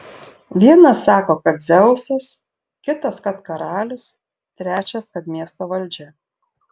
vienas sako kad dzeusas kitas kad karalius trečias kad miesto valdžia